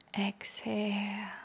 exhale